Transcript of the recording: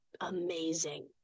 amazing